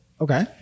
Okay